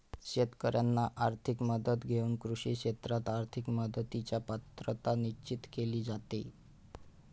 शेतकाऱ्यांना आर्थिक मदत देऊन कृषी क्षेत्रात आर्थिक मदतीची पात्रता निश्चित केली जाते